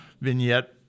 vignette